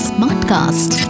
Smartcast